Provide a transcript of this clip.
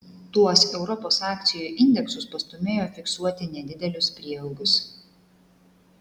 tuos europos akcijų indeksus pastūmėjo fiksuoti nedidelius prieaugius